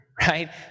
right